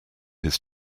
his